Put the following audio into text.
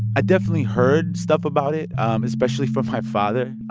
i definitely heard stuff about it, especially from my father,